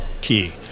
key